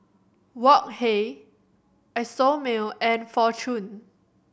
Wok Hey Isomil and Fortune